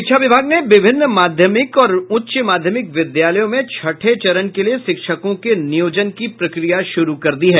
शिक्षा विभाग ने विभिन्न माध्यमिक और उच्च माध्यमिक विद्यालयों में छठे चरण के लिए शिक्षकों के नियोजन की प्रक्रिया शुरू कर दी है